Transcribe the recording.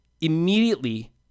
immediately